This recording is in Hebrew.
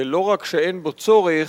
ולא רק שאין בו צורך,